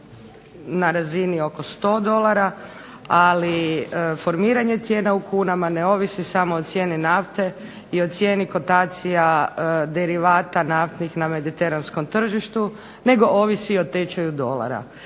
na razini oko 100 dolara. Ali, formiranje cijena u kunama ne ovisi samo o cijeni nafte i o cijeni kotacija derivata naftnih na mediteranskom tržištu nego ovisi i o tečaju dolara.